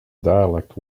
dialect